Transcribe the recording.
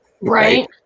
Right